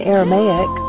Aramaic